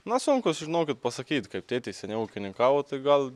na sunku žinokit pasakyt kaip tėtis seniau ūkininkavo tai gal